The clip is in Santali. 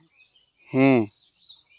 ᱦᱮᱸ